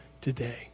today